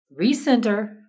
recenter